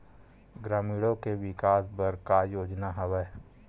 ग्रामीणों के विकास बर का योजना हवय?